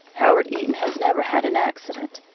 howard eaton has never had an accident.